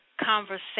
conversation